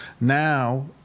now